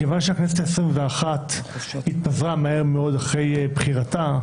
מכיוון שהכנסת העשרים ואחת התפזרה מהר מאוד אחרי בחירתה,